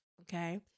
okay